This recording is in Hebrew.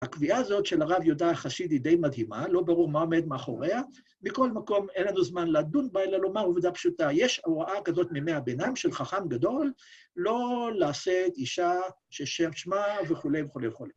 הקביעה הזאת של הרב יהודה החסיד היא די מדהימה, לא ברור מה עומד מאחוריה. מכל מקום אין לנו זמן לדון בה, אלא לומר עובדה פשוטה, יש ההוראה כזאת מימי הביניים של חכם גדול, לא לשאת אישה ששם שמה וכולי וכולי וכולי.